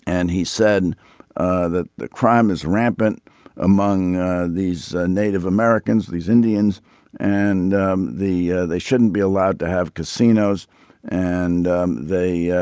and he said that the crime is rampant among these native americans. these indians and um the they shouldn't be allowed to have casinos and they.